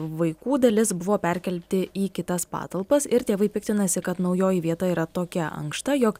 vaikų dalis buvo perkelti į kitas patalpas ir tėvai piktinasi kad naujoji vieta yra tokia ankšta jog